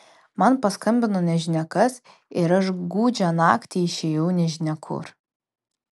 man paskambino nežinia kas ir aš gūdžią naktį išėjau nežinia kur